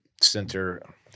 Center